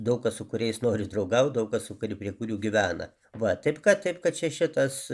daug kas su kuriais nori draugaut prie kurių gyvena va taip kad taip kad čia šitas